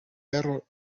pero